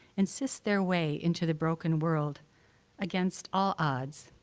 insist their way into the broken world against all odds,